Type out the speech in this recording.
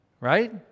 right